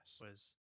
yes